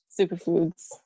superfoods